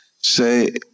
say